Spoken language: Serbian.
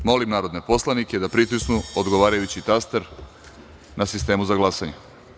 Molim narodne poslanike da pritisnu odgovarajući taster na sistemu za glasanje.